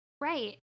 Right